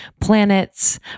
planets